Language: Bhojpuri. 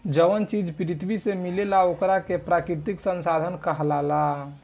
जवन चीज पृथ्वी से मिलेला ओकरा के प्राकृतिक संसाधन कहाला